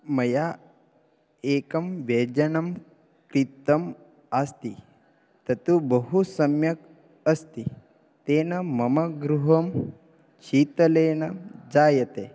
मया एकं व्यजनं क्रीतम् अस्ति तत्तु बहु सम्यक् अस्ति तेन मम गृहं शीतलं जायते